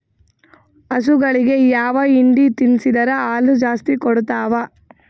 ಹಸುಗಳಿಗೆ ಯಾವ ಹಿಂಡಿ ತಿನ್ಸಿದರ ಹಾಲು ಜಾಸ್ತಿ ಕೊಡತಾವಾ?